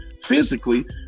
physically